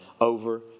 over